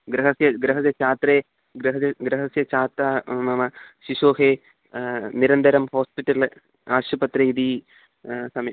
गृहस्य गृहस्य छत्रे गृहस्य गृहस्य छत्रे मम शिशोः निरन्तरं हास्पिटल् आशुपत्रे इति समये